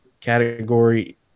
category